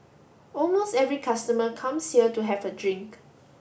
almost every customer comes here to have a drink